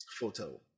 photo